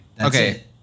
Okay